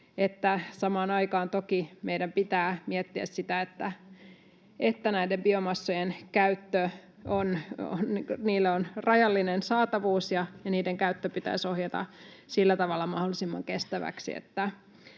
samaan aikaan toki meidän pitää miettiä sitä, että näillä biomassoilla on rajallinen saatavuus ja niiden käyttö pitäisi ohjata sillä tavalla mahdollisimman kestäväksi,